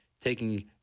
taking